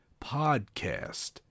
podcast